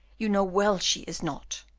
you know well she is not.